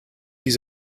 his